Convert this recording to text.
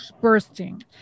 bursting